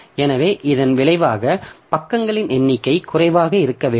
எனவே இதன் விளைவாக பக்கங்களின் எண்ணிக்கை குறைவாக இருக்க வேண்டும்